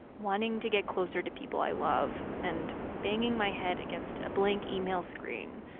wanting to get closer to people i love and banging my head against a blank email screen,